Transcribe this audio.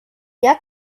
jag